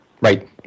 Right